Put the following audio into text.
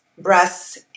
breasts